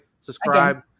subscribe